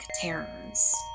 terrors